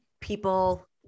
people